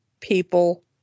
people